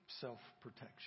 self-protection